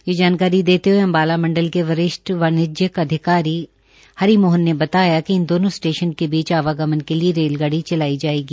ये जानकारी देते हये अम्बाला मंडल के वरिष्ठ वाण्ज्यक अधिकारी हरि मोहन ने बताया कि इन दोनों स्टेशनों के बीच आवागमन के लिए रेलगाड़ी चलाई जायेगी